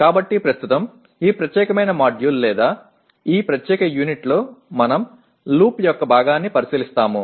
కాబట్టి ప్రస్తుతం ఈ ప్రత్యేకమైన మాడ్యూల్ లేదా ఈ ప్రత్యేక యూనిట్లో మనం లూప్ యొక్క ఈ భాగాన్ని పరిశీలిస్తాము